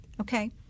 Okay